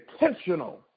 intentional